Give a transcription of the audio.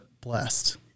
blessed